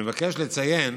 אני מבקש לציין,